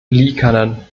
liikanen